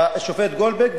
בשופט גולדברג.